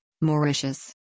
Mauritius